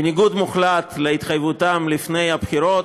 בניגוד מוחלט להתחייבותם לפני הבחירות.